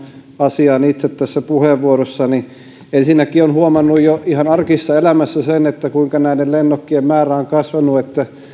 asiaan itse tässä puheenvuorossani ensinnäkin olen huomannut jo ihan arkisessa elämässä sen kuinka näiden lennokkien määrä on kasvanut